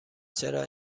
چرا